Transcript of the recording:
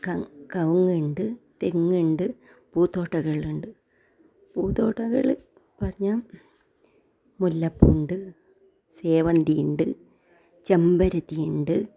ക കവുങ്ങുണ്ട് തെങ്ങുണ്ട് പൂന്തോട്ടകളുണ്ട് പൂന്തോട്ടങ്ങൾ പറഞ്ഞാൽ മുല്ലപ്പൂണ്ട് സേവന്തിയുണ്ട് ചെമ്പരത്തിയുണ്ട്